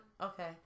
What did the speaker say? Okay